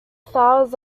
flowers